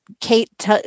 Kate